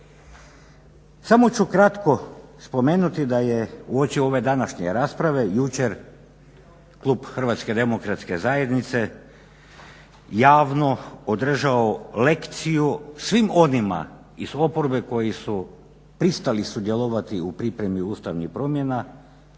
Samo ću kratko spomenuti da je uoči ove današnje rasprave jučer klub HDZ-a javno održao lekciju svim onima iz oporbe koji su pristali sudjelovati u pripremi ustavnih promjena,